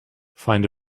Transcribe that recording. find